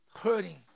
hurting